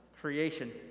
creation